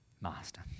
master